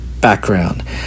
background